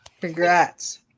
Congrats